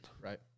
Right